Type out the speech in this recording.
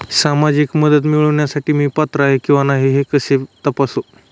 सामाजिक मदत मिळविण्यासाठी मी पात्र आहे किंवा नाही हे कसे तपासू?